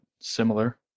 similar